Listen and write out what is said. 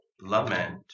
lament